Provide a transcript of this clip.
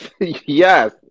Yes